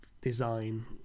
design